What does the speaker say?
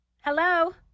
Hello